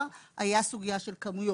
לבני 65+. הייתה סוגייה של כמויות,